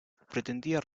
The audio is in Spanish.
pretendía